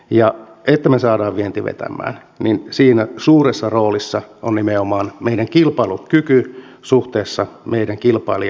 ja jotta me saamme viennin vetämään siinä suuressa roolissa on nimenomaan meidän kilpailukykymme suhteessa meidän kilpailijamaihimme